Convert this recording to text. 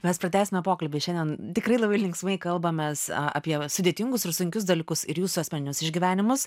mes pratęsime pokalbį šiandien tikrai labai linksmai kalbamės apie sudėtingus ir sunkius dalykus ir jūsų asmeninius išgyvenimus